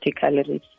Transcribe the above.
calories